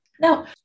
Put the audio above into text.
Now